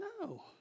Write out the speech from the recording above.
No